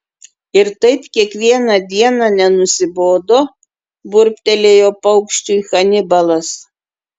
ir taip kiekvieną dieną nenusibodo burbtelėjo paukščiui hanibalas